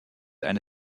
eine